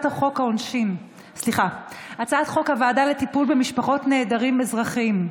חוק הוועדה לטיפול במשפחות נעדרים אזרחים,